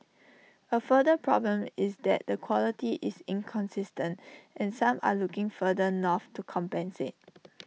A further problem is that the quality is inconsistent and some are looking further north to compensate